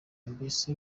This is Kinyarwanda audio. mbese